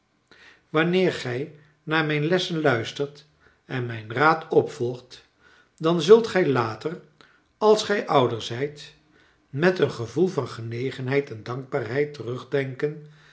wanneer gij naar mijn lessen luistert en mijn raad opvolgt dan zult gij later als gij ouder zijt met een gevoel van genegenheid en dankbaarheid terugdenken